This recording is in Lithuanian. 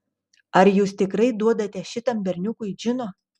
ar jūs tikrai duodate šitam berniukui džino